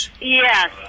Yes